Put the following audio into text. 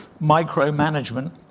micromanagement